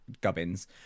gubbins